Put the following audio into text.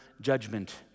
judgment